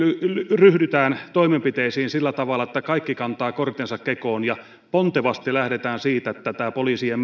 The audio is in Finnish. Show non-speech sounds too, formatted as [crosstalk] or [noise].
ryhdytään toimenpiteisiin sillä tavalla että kaikki kantavat kortensa kekoon ja pontevasti lähdetään siitä että tätä poliisien [unintelligible]